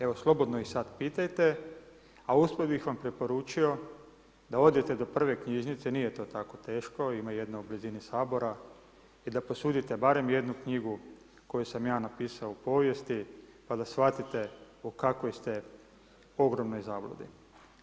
Evo slobodno ih sad pitajte, a usput bih vam preporučio da odete do prve knjižnice, nije to tako teško, ima jedna u blizini Sabora, i da posudite barem jednu knjigu koju sam ja napisao o povijesti pa da shvatite u kakvoj ste ogromnoj zabludi.